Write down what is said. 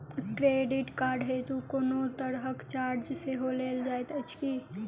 Credit card हेतु कोनो तरहक चार्ज सेहो लेल जाइत अछि की?